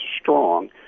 strong